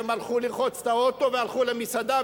הם הלכו לרחוץ את האוטו והלכו למסעדה,